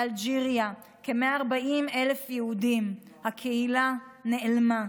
באלג'יריה, כ-140,000 יהודים, הקהילה נעלמה,